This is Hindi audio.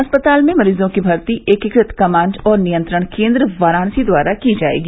अस्पताल में मरीजों की भर्ती एकीकृत कमांड और नियंत्रण केन्द्र वाराणसी द्वारा की जायेगी